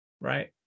right